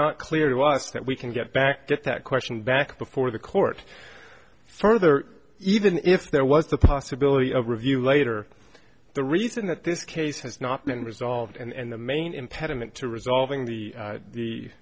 not clear to us that we can get back get that question back before the court further even if there was the possibility of review later the reason that this case has not been resolved and the main impediment to resolving the